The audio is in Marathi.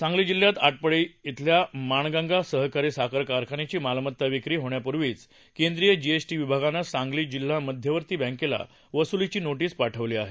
सांगली जिल्ह्यात आटपाडी इथल्या माणगंगा सहकारी साखर कारखान्याची मालमत्ता विक्री होण्यापूर्वीच केंद्रिय जीएसटी विभागानं सांगली जिल्हा मध्यवर्ती बँकेला वसुलीची नोटीस पाठवली आहे